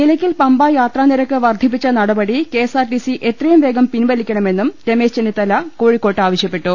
നിലയ്ക്കൽ പമ്പാ യാത്രാനിരക്ക് വർദ്ധിപ്പിച്ച നടപടി K S R T C എത്രയും വേഗം പിൻവലിക്കണമെന്നും രമേശ് ചെന്നിത്തല കോഴിക്കോട്ട് ആവശ്യപ്പെട്ടു